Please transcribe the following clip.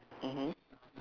mmhmm